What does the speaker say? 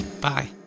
Bye